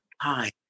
hi